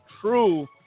true